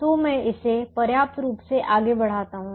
तो मैं इसे पर्याप्त रूप से आगे बढ़ाता हूं